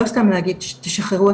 לא סתם להגיד תשחררו,